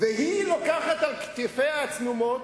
היא לוקחת על כתפיה הצנומות,